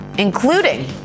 including